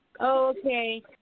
Okay